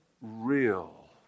real